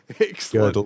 Excellent